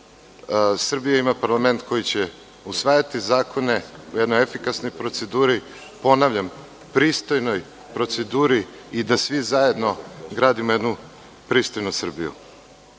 Srbija ima parlament koji će usvajati zakone u jednoj efikasnoj proceduri, ponavljam pristojnoj proceduri i da svi zajedno gradimo jednu pristojnu